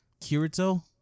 Kirito